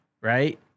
right